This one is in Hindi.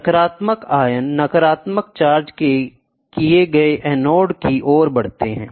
सकारात्मक आयन नकारात्मक चार्ज किए गए एनोड की ओर बढ़ते हैं